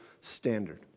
standard